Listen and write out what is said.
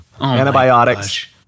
Antibiotics